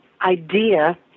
idea